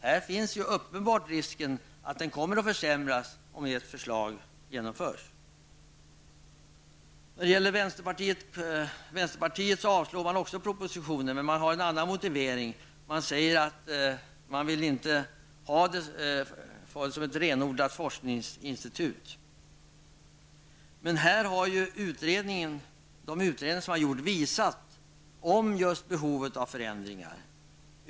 Här finns uppenbarligen en risk för att den kommer att försämras om ert förslag genomförs. Vänsterpartiet avstyrker också propositionen, men man har en annan motivering. Man säger att man inte vill ha ett renodlat forskningsinstitut. Men de utredningar som gjorts har ju visat på behovet av förändringar.